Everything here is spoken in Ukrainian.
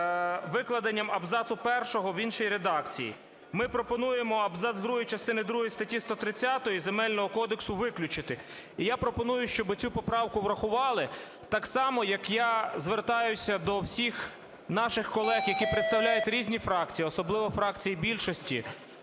викладенням абзацу першого в іншій редакції. Ми пропонуємо абзац другий частини другої статті 130 Земельного кодексу виключити. І я пропоную, щоб цю поправку врахували. Так само, як я звертаюся до всіх наших колег, які представляють різні фракції, особливо фракції більшості,